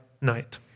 night